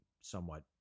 somewhat